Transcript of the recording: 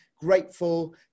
grateful